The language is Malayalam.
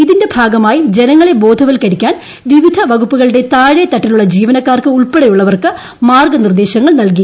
ഇതിന്റെ ഭാഗമായി ജനങ്ങളെ ബോധവൽക്കരിക്കാൻ വിവിധ വകുപ്പുകളുടെ താഴേത്തട്ടിലുള്ള ജീവനക്കാർ ഉൾപ്പെടെയുള്ളവർക്ക് മുദർഗ്ഗിനിർദ്ദേശങ്ങൾ നൽകി